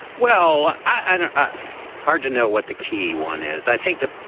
well, i don't hard to know what the key one is. i think the